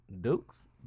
dukes